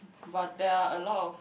but there are a lot of